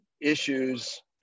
issues